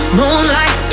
moonlight